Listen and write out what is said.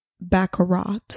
baccarat